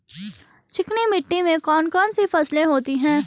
चिकनी मिट्टी में कौन कौन सी फसलें होती हैं?